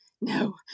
no